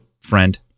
friend